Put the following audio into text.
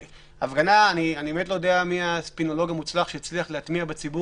אני באמת לא יודע מי הספינולוג המוצלח שהצליח להטמיע בציבור